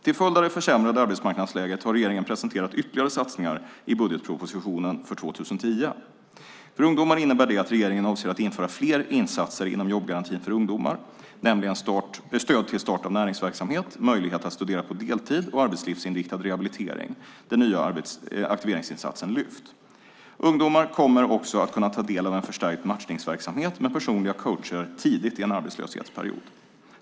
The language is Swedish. Till följd av det försämrade arbetsmarknadsläget har regeringen presenterat ytterligare satsningar i budgetpropositionen för 2010. För ungdomar innebär det att regeringen avser att införa fler insatser inom jobbgarantin för ungdomar, nämligen stöd till start av näringsverksamhet, möjlighet att studera på deltid och arbetslivsinriktad rehabilitering, den nya aktiveringsinsatsen Lyft. Ungdomar kommer också att kunna ta del av en förstärkt matchningsverksamhet med personliga coacher tidigt i en arbetslöshetsperiod.